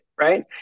right